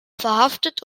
verhaftet